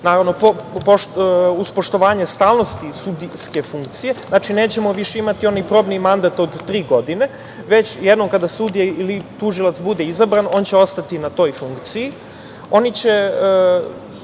naravno, uz poštovanje stalnosti sudijske funkcije. Znači, nećemo više imati onaj probni mandat od tri godine, već jednom kada sudije ili tužilac bude izabran, on će ostati na toj funkciji. Oni će